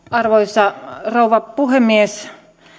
arvoisa rouva puhemies